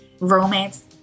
Romance